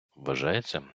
вважається